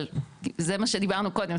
אבל זה מה שדיברנו קודם,